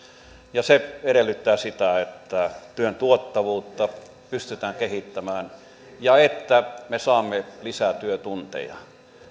ja se edellyttää sitä että työn tuottavuutta pystytään kehittämään ja että me saamme lisää työtunteja